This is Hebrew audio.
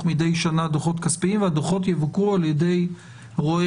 מדי שנה דוחות כספיים והדוחות יבוקרו על ידי רואה